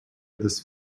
this